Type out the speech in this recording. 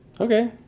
Okay